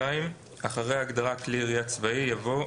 (2)אחרי ההגדרה "כלי ירייה צבעי" יבוא: